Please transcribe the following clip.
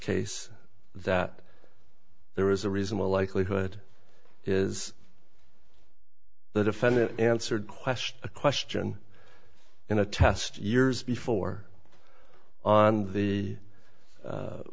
case that there is a reasonable likelihood is the defendant answered question a question in a test years before on the